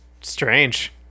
strange